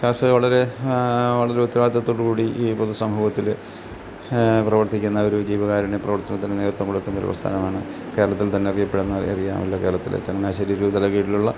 jazz വളരെ വളരെ ഉത്തരവാദിത്വത്തോട് കൂടി ഈ പൊതുസമൂഹത്തിൽ പ്രവർത്തിക്കുന്ന ഒരു ജീവകാരുണ്യ പ്രവർത്തനത്തിന് നേതൃത്വം കൊടുക്കുന്നൊരു പ്രസ്ഥാനമാണ് കേരളത്തിൽ തന്നെ അറിയപ്പെടുന്ന ഒരു ഏരിയ ഉള്ള കേരളത്തിൽ ചങ്ങനാശ്ശേരിയിൽ രൂപതേടെ കീഴിലുള്ള